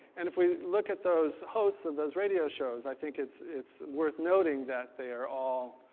and if we look at those hosts of those radio shows, i think it's it's worth noting that they're all,